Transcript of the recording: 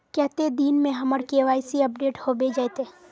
कते दिन में हमर के.वाई.सी अपडेट होबे जयते?